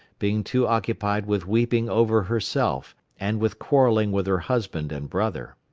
being too occupied with weeping over herself and with quarrelling with her husband and brother.